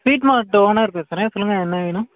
sweet mart owner பேசுகிறேன் சொல்லுங்கள் என்ன வேணும்